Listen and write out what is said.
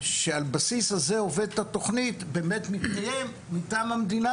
שעל בסיסו עובדת התוכנית באמת מתקיים מטעם המדינה,